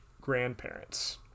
grandparents